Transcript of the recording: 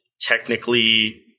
Technically